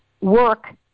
work